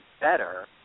better